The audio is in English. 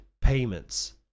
payments